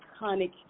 iconic